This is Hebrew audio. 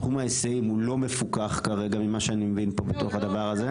תחום ההיסעים הוא לא מפוקח כרגע ממה שאני מבין בתוך הדבר הזה,